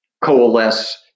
coalesce